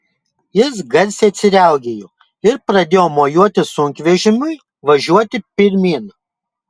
jis garsiai atsiraugėjo ir pradėjo mojuoti sunkvežimiui važiuoti pirmyn